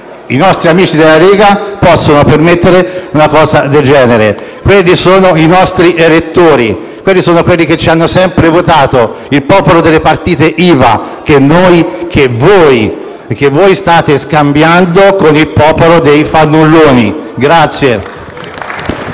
i nostri amici della Lega possano permettere una cosa del genere. Quelli sono i nostri elettori, coloro che ci hanno sempre votato, il popolo delle partite IVA, che voi state scambiando con il popolo dei fannulloni.